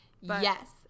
Yes